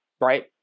right